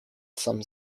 some